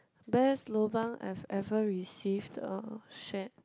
where's lobang I've ever received the shed